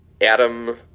Adam